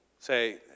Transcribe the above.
Say